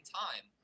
time